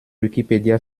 wikipedia